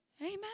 Amen